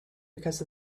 because